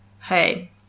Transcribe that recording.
hey